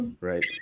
Right